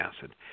acid